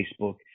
Facebook